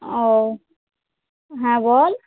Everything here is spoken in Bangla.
ও হ্যাঁ বল